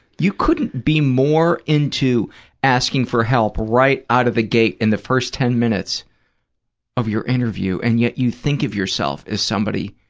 you couldn't be more into asking for help right out of the gate, in the first ten minutes of your interview, and yet you think of yourself as somebody